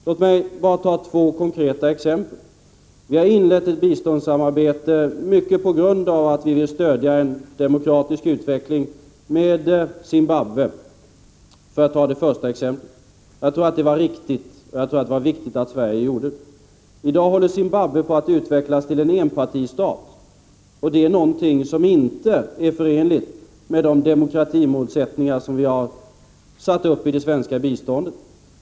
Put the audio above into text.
Låg mig ta två konkreta exempel. Vi har inlett ett biståndssamarbete med Zimbabwe, mycket på grund av att vi vill stödja en demokratisk utveckling där. Jag tror det var riktigt och viktigt att Sverige gjorde det. I dag håller Zimbabwe på att utvecklas till en enpartistat, och det är något som inte är förenligt med de demokratimål som vi har satt upp för det svenska biståndet.